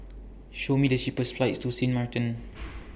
Show Me The cheapest flights to Sint Maarten